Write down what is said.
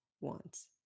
wants